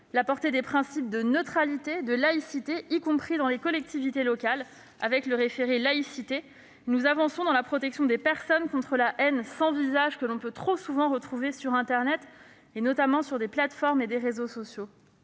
la portée des principes de neutralité et de laïcité, y compris dans les collectivités locales avec le référent laïcité. Nous avançons dans la protection des personnes contre la haine sans visage que l'on peut trop souvent trouver sur internet, notamment sur les plateformes et les réseaux sociaux.